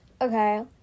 Okay